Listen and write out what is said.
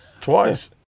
Twice